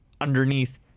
underneath